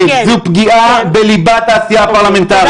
פגיעה בליבת העשייה הפרלמנטרית.